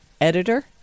editor